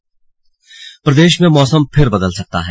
slug मौसम प्रदेश में मौसम फिर बदल सकता है